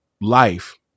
life